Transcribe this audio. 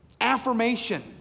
affirmation